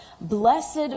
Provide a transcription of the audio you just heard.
Blessed